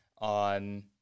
on